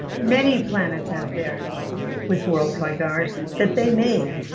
many planets out there with worlds like ours, that they made